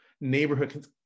neighborhood